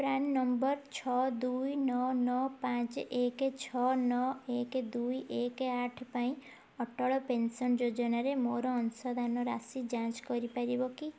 PRAN number ଛଅ ଦୁଇ ନଅ ନଅ ପାଞ୍ଚେ ଏକେ ଛଅ ନଅ ଏକେ ଦୁଇ ଏକେ ଆଠେ ପାଇଁ ଅଟଳ ପେନ୍ସନ୍ ଯୋଜନାରେ ମୋର ଅଂଶଦାନ ରାଶି ଯାଞ୍ଚ କରିପାରିବ କି